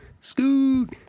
Scoot